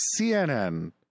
CNN